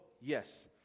yes